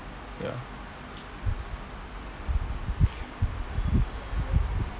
ya